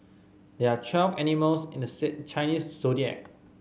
there are twelve animals in the Chinese Zodiac